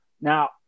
now